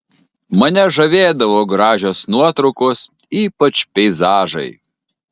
mane žavėdavo gražios nuotraukos ypač peizažai